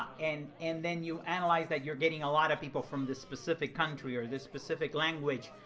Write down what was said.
and and then you analyze that you're getting a lot of people from this specific country or this specific language,